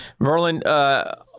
Verlin